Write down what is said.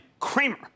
Kramer